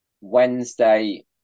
Wednesday